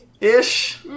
ish